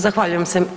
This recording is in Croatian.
Zahvaljujem se.